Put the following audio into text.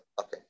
Okay